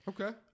Okay